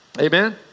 Amen